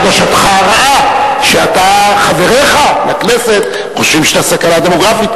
הרגשתך רעה שחבריך לכנסת חושבים שאתה סכנה דמוגרפית,